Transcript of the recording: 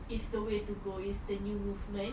it's the way to go it's the new mix match